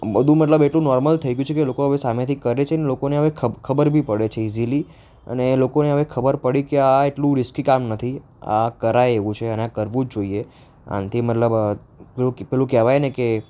બધુ મતલબ એટલું નોર્મલ થઇ ગ્યુ છે કે લોકો હવે સામેથી કરે છે ને લોકોને હવે ખબ ખબર બી પડે છે ઈઝીલી અને લોકોને હવે ખબર પડી કે આ એટલું રિસ્કી કામ નથી આ કરાય એવું છે અને આ કરવું જ જોઈએ આનાથી મતલબ પેલું કહેવાય ને કે